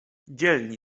dzielni